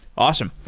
awesome.